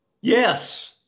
Yes